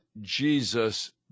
Jesus